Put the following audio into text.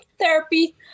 therapy